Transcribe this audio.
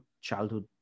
childhood